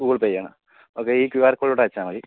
Google Pay ചെയ്യേണ് okay ഈ Q R കോഡിലോട്ട് അയച്ചാൽ മതി